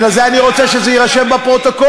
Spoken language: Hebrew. בגלל זה אני רוצה שזה יירשם בפרוטוקול.